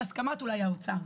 אולי בהסכמת האוצר.